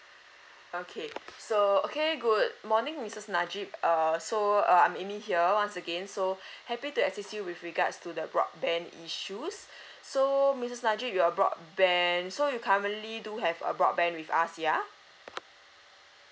okay so okay good morning missus najib err so uh I'm amy here once again so happy to assist you with regards to the broadband issues so missus najib your broadband so you currently do have a broadband with us ya